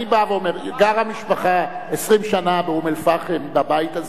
אני בא ואומר: גרה משפחה 20 שנה באום-אל-פחם בבית הזה.